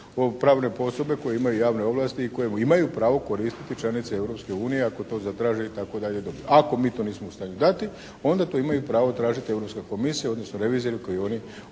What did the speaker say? pravne osobe koje imaju javne ovlasti i koje imaju pravo koristiti čelnici Europske unije ako to zatraže, itd., i dobiju. Ako mi to nismo u stanju dati onda to imaju tražiti Europska komisija, odnosno revizori koji oni